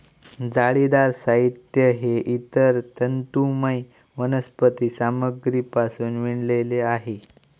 जाळीदार साहित्य हे इतर तंतुमय वनस्पती सामग्रीपासून विणलेले आहे